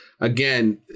again